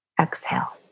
Exhale